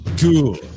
cool